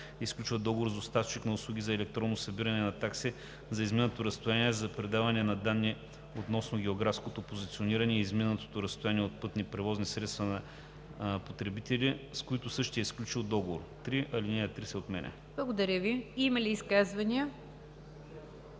и сключва договор с доставчик на услуги за електронно събиране на такси за изминато разстояние за предаване на данни относно географското позициониране и изминатото разстояние от пътни превозни средства на потребители, с които същият е сключил договор.“ 3. Алинея 3 се отменя.“ ПРЕДСЕДАТЕЛ НИГЯР ДЖАФЕР: Има ли изказвания?